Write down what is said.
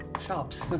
shops